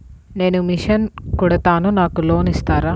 నేను మిషన్ కుడతాను నాకు లోన్ ఇస్తారా?